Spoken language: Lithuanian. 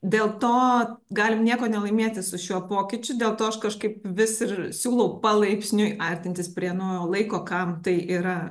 dėl to galim nieko nelaimėti su šiuo pokyčiu dėl to aš kažkaip vis ir siūlau palaipsniui artintis prie naujo laiko kam tai yra